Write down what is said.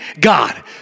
God